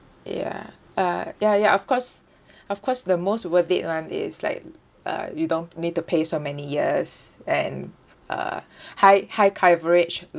ya uh ya ya of course of course the most worth it one is like uh you don't need to pay so many years and uh high high coverage